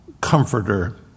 comforter